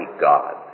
God